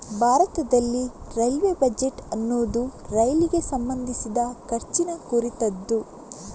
ಭಾರತದಲ್ಲಿ railway budget ಅನ್ನುದು ರೈಲಿಗೆ ಸಂಬಂಧಿಸಿದ ಖರ್ಚಿನ ಕುರಿತದ್ದು